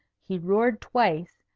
he roared twice,